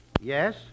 Yes